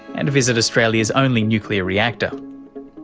and visit australia's only nuclear reactor.